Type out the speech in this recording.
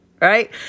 right